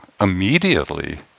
immediately